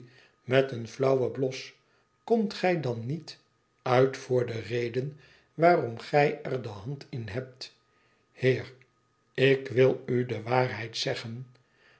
met een flauwen blos t komt gij dan niet uit voor de reden waarom gij er de hand in hebt heer ik wilu de waarheid zeggen